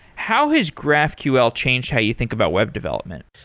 how has graphql changed how you think about web development?